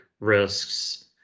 risks